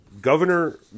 Governor